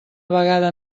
vegada